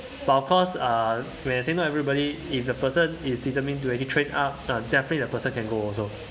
but of course uh where some everybody if the person is determined to train up uh definitely the person can go also